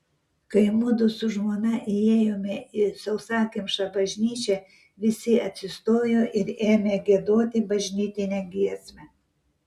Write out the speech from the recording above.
kai mudu su žmona įėjome į sausakimšą bažnyčią visi atsistojo ir ėmė giedoti bažnytinę giesmę